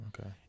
Okay